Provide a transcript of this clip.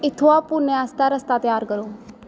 इत्थुआं पुणे आस्तै रस्ता त्यार करो